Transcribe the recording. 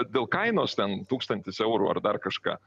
dėl kainos ten tūkstantis eurų ar dar kažką